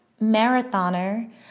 marathoner